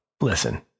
listen